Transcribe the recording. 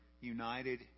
united